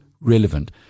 relevant